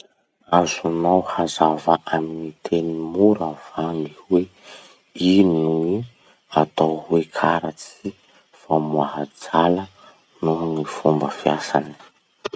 Azonao hazavà amin'ny teny mora va hoe ino gny atao hoe karatsy famoaha drala noho ny fomba fiasany?